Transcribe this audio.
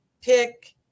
Pick